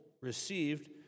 received